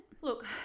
Look